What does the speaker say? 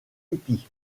hippie